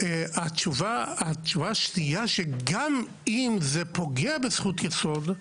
התשובה השנייה, שגם אם זה פוגע בזכות יסוד,